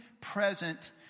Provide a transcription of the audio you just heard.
present